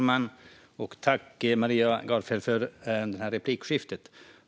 Fru talman! Tack, Maria Gardfjell, för det här replikskiftet!